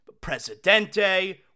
Presidente